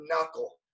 knuckle